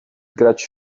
grać